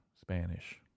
Spanish